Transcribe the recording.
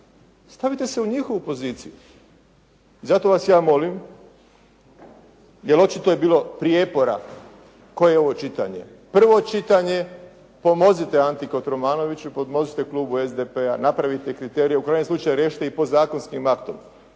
Stavite se u njihovu poziciju. Zato vas ja molim, jer očito je bilo prijepora koje je ovo čitanje, prvo čitanje, pomozite Anti Kotromanoviću, pomozite klubu SDP-a, napravite kriterije. U krajnjem slučaju riješite ih podzakonskim aktom.